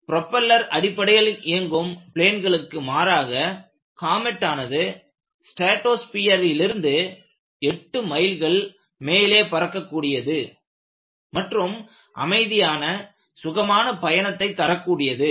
propeller அடிப்படையில் இயங்கும் பிளேன்களுக்கு மாறாக காமெட் ஆனது ஸ்ட்ராடோஸ்பியரிலிருந்து 8 மைல்கள் மேலே பறக்க கூடியது மற்றும் அமைதியான சுகமான பயணத்தை தரக்கூடியது